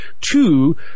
Two